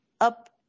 up